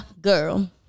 girl